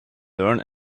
learn